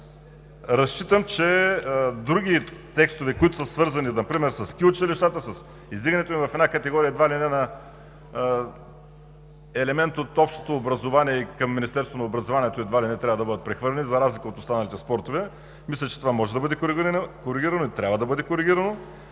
разчитам, че други текстове, които са свързани, например със ски училищата, с издигането им в една категория, едва ли не на елемент от общото образование и към Министерството на образованието и науката, едва ли не трябва да бъдат прехвърлени, за разлика от останалите спортове, мисля, че това може да бъде коригирано и трябва да бъде коригирано.